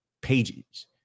pages